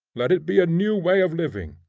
let it be a new way of living.